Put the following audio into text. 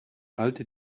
alte